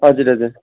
हजुर हजुर